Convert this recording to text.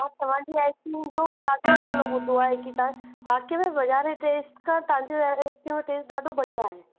और तव्हांजी आइस्क्रीम जो ॾाढो नालो ॿुधो आहे की तव्हां बाक़ी बाज़ार टेस्ट खां तव्हांजो आइस्क्रीम जो टेस्ट ॾाढो बढ़िया आहे